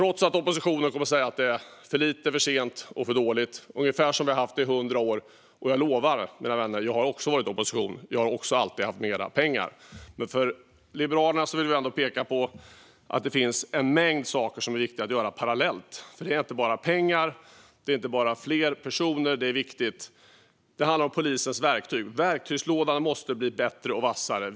Oppositionen kommer att säga att det är för lite, för sent och för dåligt - ungefär som vi har haft det i 100 år - och jag lovar, mina vänner: Jag har också varit i opposition och alltid haft mer pengar. Men från Liberalerna vill vi ändå peka på att det finns en mängd saker som är viktiga att göra parallellt. Det är inte bara pengar, och det är inte bara fler personer. Det är viktigt att säga. Det handlar även om polisens verktyg. Verktygslådan måste bli bättre och vassare.